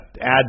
Add